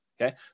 Okay